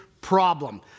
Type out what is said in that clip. problem